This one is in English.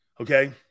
okay